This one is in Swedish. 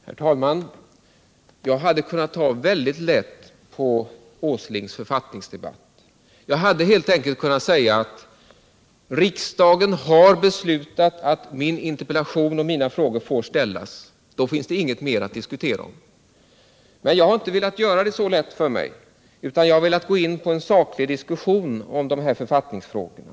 Herr talman! Jag hade kunnat ta väldigt lätt på Nils Åslings författningsdebatt. Jag hade helt enkelt kunnat säga: Riksdagen har beslutat att min interpellation och mina frågor får ställas. Därmed finns inget mer att diskutera om. Men jag har inte velat göra det så lätt för mig, utan jag har velat gå in på en saklig diskussion om de här författningsfrågorna.